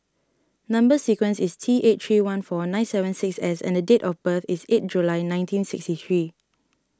Number Sequence is T eight three one four nine seven six S and date of birth is eighth July nineteen sixty three